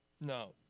No